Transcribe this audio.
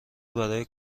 برای